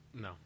no